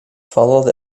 followed